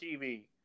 TV